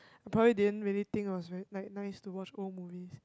I probably didn't really think it was very like nice to watch old movies